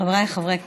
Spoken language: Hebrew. חבריי חברי הכנסת,